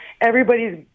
everybody's